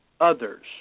others